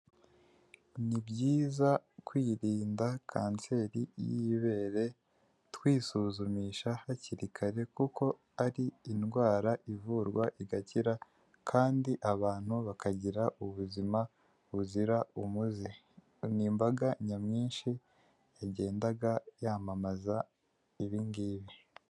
Ni byiza kwirinda kanseri y'ibere twisuzumisha hakiri kare kuko ari indwara ivurwa igakira kandi abantu bakagira ubuzima buzira umuze, ni imbaga nyamwinshi yagendaga yamamaza ibingibi.